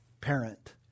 parent